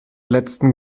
letzten